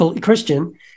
Christian